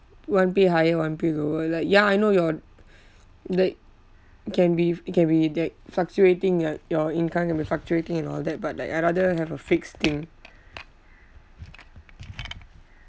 one pay higher one pay lower like ya I know your the can be it can be like fluctuating uh your income can be fluctuating and all that but like I rather have a fixed thing